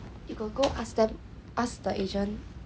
you got go ask them asked the agent